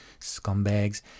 scumbags